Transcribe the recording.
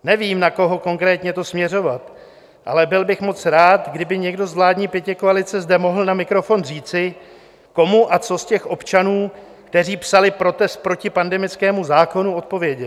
Nevím, na koho konkrétně to směřovat, ale byl bych moc rád, kdyby někdo z vládní pětikoalice zde mohl na mikrofon říci, komu a co z těch občanů, kteří psali protest proti pandemickému zákonu, odpověděl.